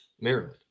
Maryland